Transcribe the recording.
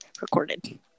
recorded